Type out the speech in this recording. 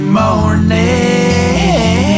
morning